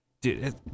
Dude